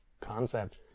concept